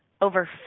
over